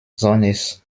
sohnes